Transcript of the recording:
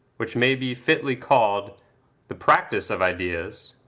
which may be fitly called the practice of ideas,